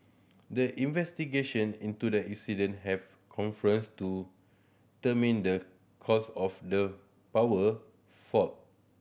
the investigation into the incident have to determine the cause of the power fault